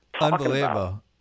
Unbelievable